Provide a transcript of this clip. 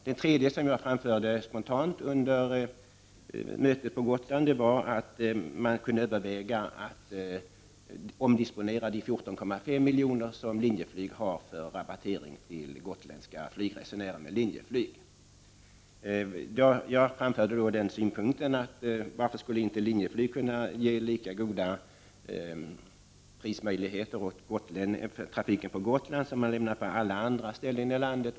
Det tredje, som jag framförde spontant under mötet på Gotland, var att man kunde överväga att omdisponera de 14,5 milj.kr. som Linjeflyg har för rabattering till gotländska flygresenärer. Varför skulle inte Linjeflyg kunna ge lika goda prismöjligheter för trafiken på Gotland som man lämnar på alla andra ställen i landet?